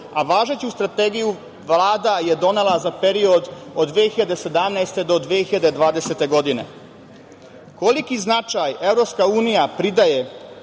a važeću strategiju Vlada je donela za period od 2017. do 2020. godine. Koliki značaj EU pridaje